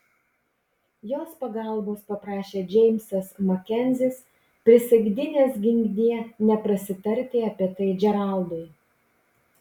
jos pagalbos paprašė džeimsas makenzis prisaikdinęs ginkdie neprasitarti apie tai džeraldui